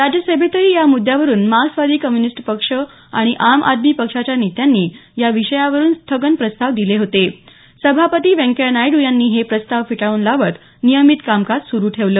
राज्यसभेतही या मुद्यावरून मार्क्सवादी कम्युनिस्ट पक्ष आणि आम आदमी पक्षाच्या नेत्यांनी या विषयावरून स्थगन प्रस्ताव दिले होते सभापती व्यंकय्या नायडू यांनी हे प्रस्ताव फेटाळून लावत नियमित कामकाज सुरू ठेवलं